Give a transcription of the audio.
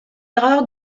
erreur